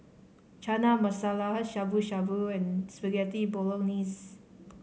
Chana Masala Shabu Shabu and Spaghetti Bolognese